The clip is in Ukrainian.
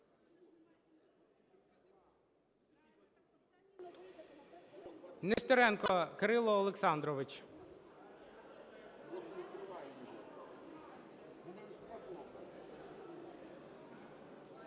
Нестеренко Кирило Олександрович.